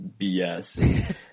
BS